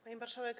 Pani Marszałek!